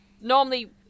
normally